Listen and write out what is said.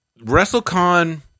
WrestleCon